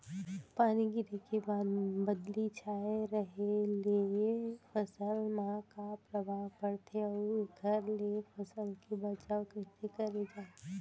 पानी गिरे के बाद बदली छाये रहे ले फसल मा का प्रभाव पड़थे अऊ एखर ले फसल के बचाव कइसे करे जाये?